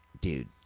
dude